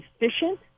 efficient